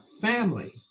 family